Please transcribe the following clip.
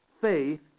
faith